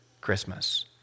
Christmas